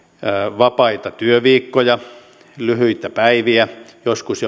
vapaita työviikkoja lyhyitä päiviä joskus